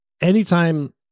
anytime